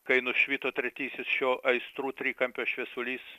kai nušvito tretysis šio aistrų trikampio šviesulys